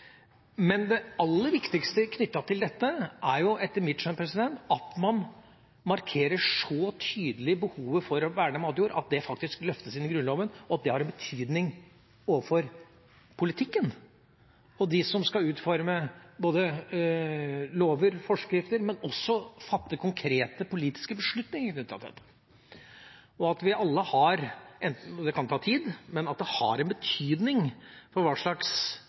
Men det aller viktigste knyttet til dette er etter mitt skjønn at man så tydelig markerer behovet for å verne matjord at det faktisk løftes inn i Grunnloven, og at det har en betydning overfor politikken og dem som skal utforme lover og forskrifter, men også fatte konkrete politiske beslutninger knyttet til dette. Det kan ta tid, men at det har en betydning for hva slags